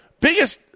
biggest